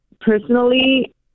personally